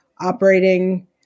operating